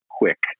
quick